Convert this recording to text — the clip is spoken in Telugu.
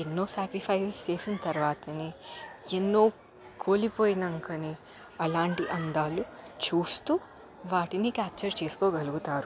ఎన్నో సాక్రిఫైజెస్ చేసిన తరువాతనే ఎన్నో కోల్పోయాకనే అలాంటి అందాలు చూస్తూ వాటిని క్యాప్చర్ చేసుకోగలుగుతారు